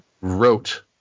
wrote